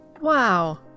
Wow